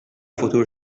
futur